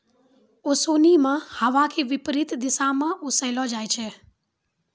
ओसोनि मे हवा के विपरीत दिशा म ओसैलो जाय छै